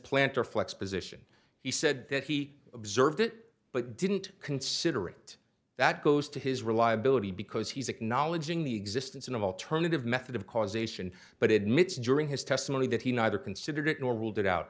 planter flex position he said that he observed it but didn't consider it that goes to his reliability because he's acknowledging the existence of alternative method of causation but it meets during his testimony that he neither considered it nor ruled it out